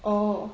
orh